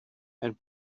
and